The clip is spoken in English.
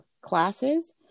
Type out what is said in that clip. classes